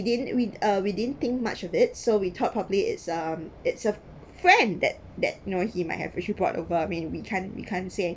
we didn't we uh we didn't think much of it so we thought properly it's um it's a friend that that know he might have actually brought over I mean we can't we can't say